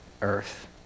earth